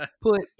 put